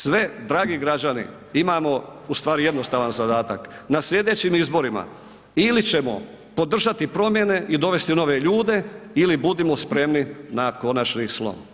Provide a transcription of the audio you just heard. Sve dragi građani imamo ustvari jednostavan zadatak, na sljedećim izborima ili ćemo podržati promjene i dovesti nove ljude ili budimo spremni na konačni slom.